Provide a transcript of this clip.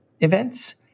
events